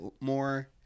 more